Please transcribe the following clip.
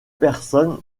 personne